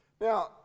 Now